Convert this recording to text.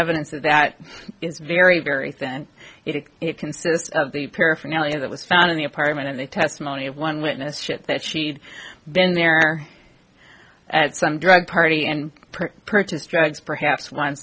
evidence of that is very very thin and it consists of the paraphernalia that was found in the apartment and the testimony of one witness shit that she'd been there at some drug party and purchased drugs perhaps on